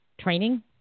training